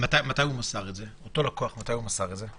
אותו לקוח, מתי הוא מסר את זה?